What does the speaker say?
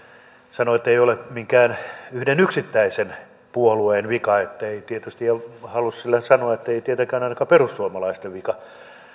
sanoi että ei ole minkään yhden yksittäisen puolueen vika ja tietysti halusi sillä sanoa ettei tietenkään ainakaan perussuomalaisten vika